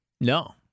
No